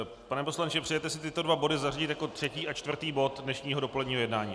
Pane poslanče, přejete si tyto dva body zařadit jako třetí a čtvrtý bod dnešního dopoledního jednání?